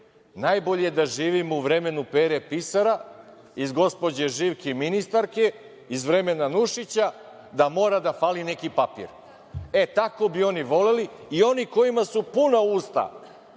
najbolje je da živimo u vremenu Pere pisara iz „Gospođe Živke ministarke“, iz vremena Nušića, da mora da fali neki papir. Tako bi oni voleli i oni kojima su puna usta